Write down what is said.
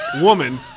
Woman